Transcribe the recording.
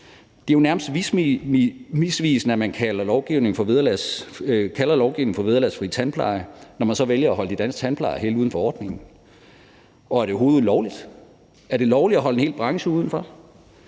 Det er jo nærmest misvisende, at man kalder lovgivningen for vederlagsfri tandpleje, når man vælger at holde de danske tandplejere helt uden for ordningen, og er det overhovedet lovligt? Er det lovligt at holde en hel branche udenfor?